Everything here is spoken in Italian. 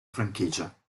franchigia